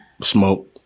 smoke